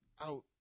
out